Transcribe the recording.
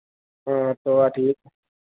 हाँ तो ठीक